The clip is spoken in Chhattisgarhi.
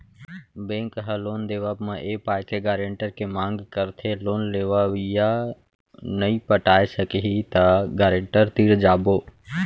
बेंक ह लोन देवब म ए पाय के गारेंटर के मांग करथे लोन लेवइया नइ पटाय सकही त गारेंटर तीर जाबो